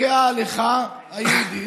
חוקי ההלכה היהודית,